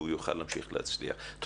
והוא יוכל להמשיך את העשייה.